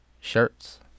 shirts